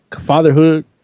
Fatherhood